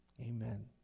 Amen